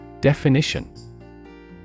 Definition